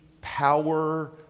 power